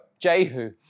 Jehu